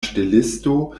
ŝtelisto